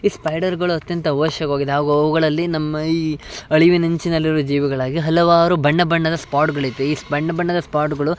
ಈ ಸ್ಪೈಡರ್ಗಳು ಅತ್ಯಂತ ಆವಶ್ಯಕವಾಗಿದೆ ಹಾಗೂ ಅವುಗಳಲ್ಲಿ ನಮ್ಮ ಈ ಅಳಿವಿನಂಚಿನಲ್ಲಿರುವ ಜೀವಿಗಳಾಗಿ ಹಲವಾರು ಬಣ್ಣ ಬಣ್ಣದ ಸ್ಪಾಡ್ಗಳಿವೆ ಈ ಬಣ್ಣ ಬಣ್ಣದ ಸ್ಪಾಡ್ಗಳು